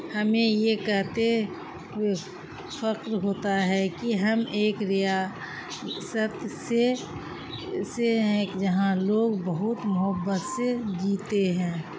ہمیں یہ کہتے ہوئے فخر ہوتا ہے کہ ہم ایک ریاست سے سے ہیں ایک جہاں لوگ بہت محبت سے جیتے ہیں